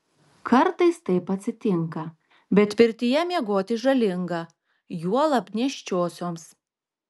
kartais taip atsitinka bet pirtyje miegoti žalinga juolab nėščiosioms